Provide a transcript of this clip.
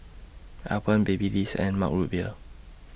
Alpen Babyliss and Mug Root Beer